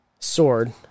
Sword